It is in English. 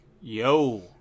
Yo